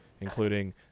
including